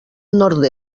nord